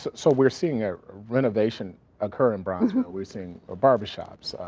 so we're seeing a renovation occur in bronzeville. we're seeing ah barber shops,